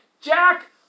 Jack